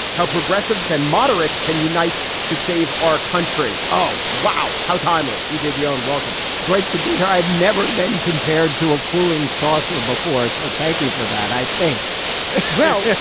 how progressives and moderates can unite to save our country. oh, wow. how timely. e j. dionne, welcome great to be here. i've never been compared to a cooling saucer before. so thank you for that, i think well,